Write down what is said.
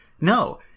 No